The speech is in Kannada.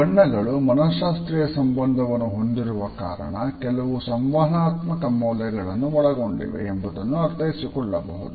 ಬಣ್ಣಗಳು ಮನಃಶಾಸ್ತ್ರೀಯ ಸಂಬಂಧವನ್ನು ಹೊಂದಿರುವ ಕಾರಣ ಕೆಲವು ಸಂವಹನಾತ್ಮಕ ಮೌಲ್ಯಗಳನ್ನು ಒಳಗೊಂಡಿವೆ ಎಂಬುದನ್ನು ಅರ್ಥೈಸಿಕೊಳ್ಳಬಹುದು